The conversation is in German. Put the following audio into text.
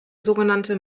sogenannte